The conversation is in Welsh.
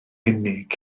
unig